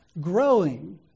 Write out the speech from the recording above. growing